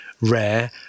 rare